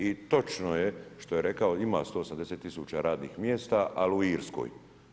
I točno je što je rekao ima 180 tisuća radnih mjesta ali u Irskoj.